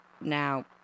Now